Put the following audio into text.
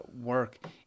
work